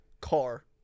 car